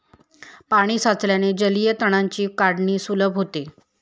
पाणी साचल्याने जलीय तणांची काढणी सुलभ होते